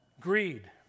Greed